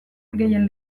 gehien